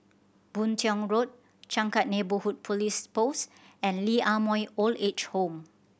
Boon Tiong Road Changkat Neighbourhood Police Post and Lee Ah Mooi Old Age Home